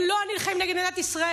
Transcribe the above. הם לא נלחמים נגד מדינת ישראל.